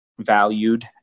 valued